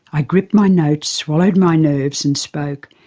i gripped my notes, swallowed my nerves and spoke.